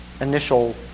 initial